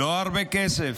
זה לא הרבה כסף.